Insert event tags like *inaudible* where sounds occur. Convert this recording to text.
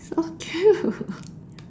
so cute *laughs*